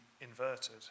inverted